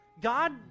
God